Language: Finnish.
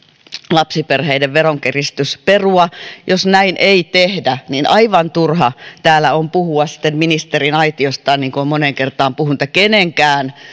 lapsiperheiden veronkiristys perua jos näin ei tehdä niin aivan turha täällä on puhua sitten ministeriaitiosta niin kuin on moneen kertaan puhuttu että kenenkään